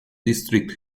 district